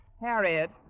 Harriet